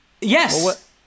Yes